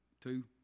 Two